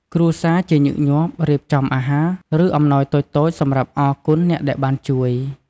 គ្រួសារជាញឹកញាប់រៀបចំអាហារ ឬអំណោយតូចៗសម្រាប់អរគុណអ្នកដែលបានជួយ។